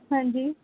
ਹਾਂਜੀ